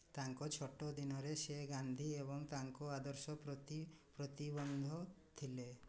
ତାଙ୍କ ଛୋଟ ଦିନରେ ସିଏ ଗାନ୍ଧୀ ଏବଂ ତାଙ୍କ ଆଦର୍ଶ ପ୍ରତି ପ୍ରତିବଦ୍ଧ ଥିଲେ